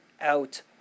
out